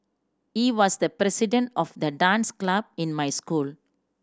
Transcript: he was the president of the dance club in my school